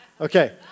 okay